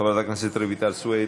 חברת הכנסת רויטל סויד,